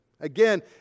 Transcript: Again